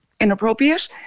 Inappropriate